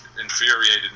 infuriated